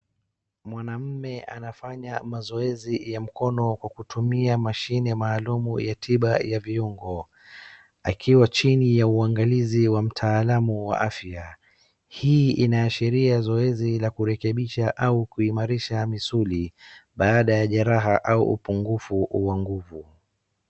Mwanamume anafanya mazoezi ya mkono kwa kutumia mashine maalumu ya tiba ya viungo akiwa chini ya uangalizi wa mtaalamu wa afya. Hii inaashiria zoezi la kurekebisha au kuimarisha misuli baada ya jeraha au upungufu wa nguvu.